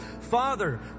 Father